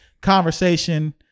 conversation